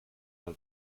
mal